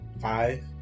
five